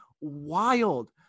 wild